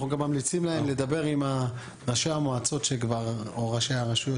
אנחנו גם ממליצים להם לדבר עם ראשי המועצות או ראשי הרשויות